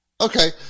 Okay